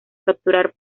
capturar